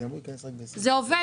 זה עובד.